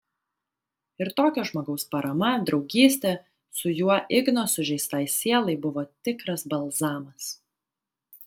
ir tokio žmogaus parama draugystė su juo igno sužeistai sielai buvo tikras balzamas